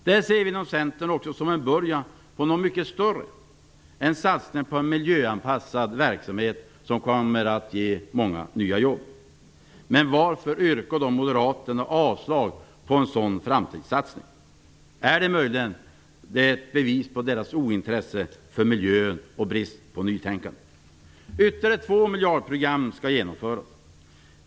Det ser vi inom Centerpartiet också som en början till något mycket större, en satsning på en miljöanpassad verksamhet som kommer att ge många nya jobb. Men varför yrkar då moderaterna avslag på en sådan framtidssatsning? Är det möjligen ett bevis på deras ointresse för miljön och deras brist på nytänkande? Ytterligare två miljardprogram skall genomföras.